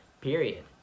period